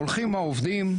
הולכים העובדים,